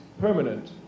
permanent